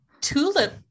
tulip